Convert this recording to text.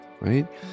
right